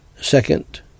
Second